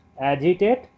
agitate